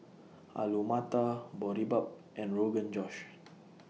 Alu Matar Boribap and Rogan Josh